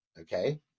okay